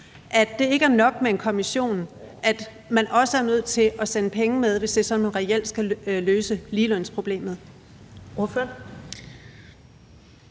at det ikke er nok med en kommission, men at man også er nødt til at sende penge med, hvis det er sådan, at man reelt skal løse ligelønsproblemet?